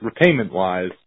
repayment-wise